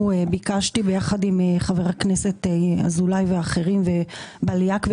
ביקשתי יחד עם חבר הכנסת אזולאי ואחרים ובליאק,